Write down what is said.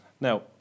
now